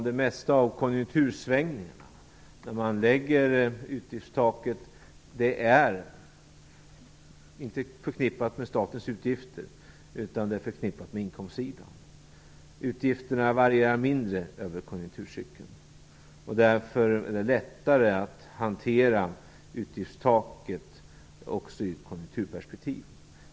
Det mesta av konjunktursvängningarna när man lägger utgiftstaket är inte förknippat med statens utgifter utan med inkomstsidan. Utgifterna varierar mindre över konjunkturcykeln. Därför är det lättare att hantera utgiftstaket också i ett konjunkturperspektiv.